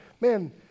man